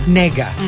nega